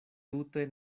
tute